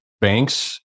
banks